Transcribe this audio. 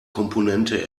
komponente